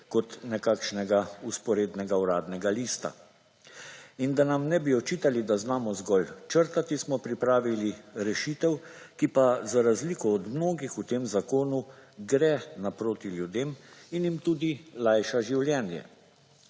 kot nekakšnega vzporednega Uradnega lista. Da nam ne bi očitali, da znamo zgolj črtati smo pripravili rešitev, ki pa za razliko od mnogih v tem zakonu gre naproti ljudem in jim tudi lajša življenje.